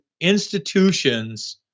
institutions